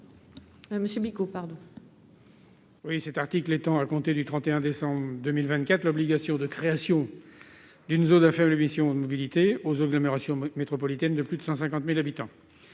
l'amendement n° 1499. Cet article étend, à compter du 31 décembre 2024, l'obligation de création d'une zone à faibles émissions mobilité aux agglomérations métropolitaines de plus de 150 000 habitants.